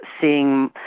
seeing